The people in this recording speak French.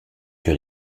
que